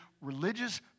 religious